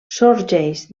sorgeix